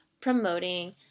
promoting